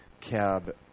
cab